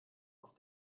auf